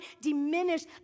diminish